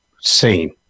seen